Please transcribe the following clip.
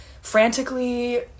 frantically